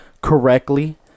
correctly